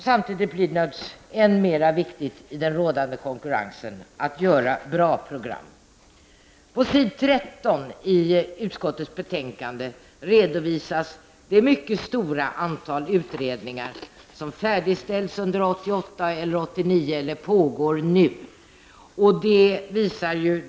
Samtidigt blir det än viktigare i den rådande konkurrensen att göra bra program. På s. 13 i utskottets betänkande redovisas det mycket stora antal utredningar som färdigställts under 1988 och 1989 eller som pågår fortfarande.